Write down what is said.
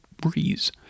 Breeze